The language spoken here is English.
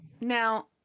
now